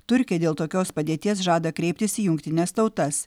turkija dėl tokios padėties žada kreiptis į jungtines tautas